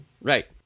Right